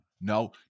No